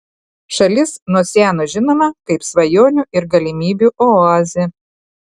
šalis nuo seno žinoma kaip svajonių ir galimybių oazė